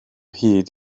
hyd